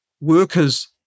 workers